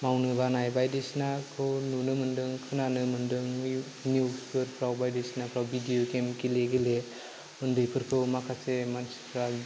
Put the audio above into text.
मावनो बानाय बायदिसिनाखौ नुनो मोन्दों खोनानो मोन्दों निउसफ्राव बायदिसिनाफ्राव भिडिअ गेम गेले गेले उन्दैफोरखौ माखासे मानसिफ्रा